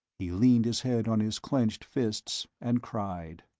he leaned his head on his clenched fists, and cried.